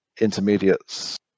intermediates